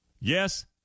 Yes